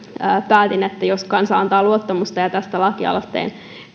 päätin että jos kansa antaa luottamusta ja tästä lakialoitteen